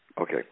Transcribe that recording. Okay